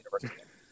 University